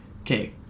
okay